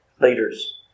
leaders